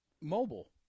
Mobile